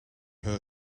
her